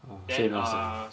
orh same lah same